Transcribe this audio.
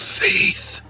faith